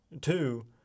Two